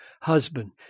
husband